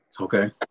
okay